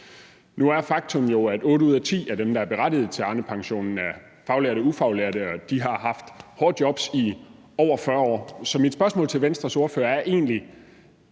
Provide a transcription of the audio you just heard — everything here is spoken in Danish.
Nu er faktum jo, at otte ud af ti af dem, der er berettiget til Arnepension, er faglærte og ufaglærte, og de har haft hårde jobs i over 40 år. Så mit spørgsmål til Venstres ordfører er egentlig: